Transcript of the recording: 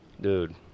Dude